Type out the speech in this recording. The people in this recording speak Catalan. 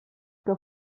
que